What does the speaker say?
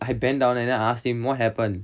I bend down then I asked him what happened